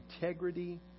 integrity